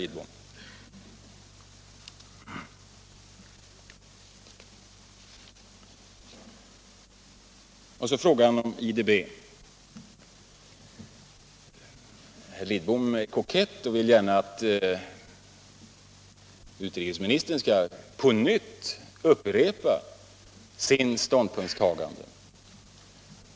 Vidare ställer herr Lidbom frågor om IDB. Herr Lidbom är kokett och vill gärna att utrikesministern på nytt skall upprepa sitt ståndpunktstagande.